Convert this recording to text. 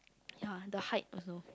ya the height also